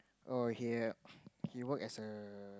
oh he he work as a